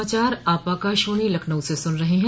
यह समाचार आप आकाशवाणी लखनऊ से सुन रहे हैं